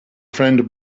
friend